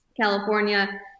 California